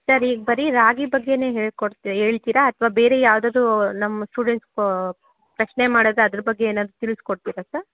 sir ಈಗ ಬರೀ ರಾಗಿ ಬಗ್ಗೆನೆ ಹೇಳ್ಕೊಡ್ತಿ ಹೇಳ್ತೀರಾ ಅಥವಾ ಯಾವ್ದಾದ್ರೂ ನಮ್ಮ ಸ್ಟೂಡೆಂಟ್ಸ್ ಪ್ರಶ್ನೆ ಮಾಡೋದು ಅದರ ಬಗ್ಗೆ ಏನಾದ್ರೂ ತಿಳ್ಸಿ ಕೊಡ್ತಿರಾ ಸರ್